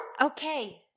Okay